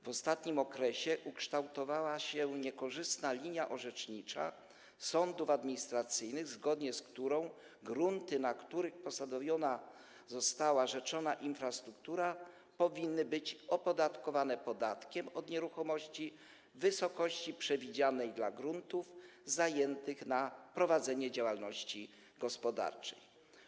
W ostatnim okresie ukształtowała się niekorzystna linia orzecznicza sądów administracyjnych, zgodnie z którą grunty, na których posadowiona została rzeczona infrastruktura, powinny być opodatkowane podatkiem od nieruchomości w wysokości przewidzianej dla gruntów zajętych na prowadzenie działalności gospodarczej.